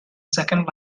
second